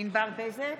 ענבר בזק,